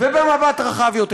ובמבט רחב יותר,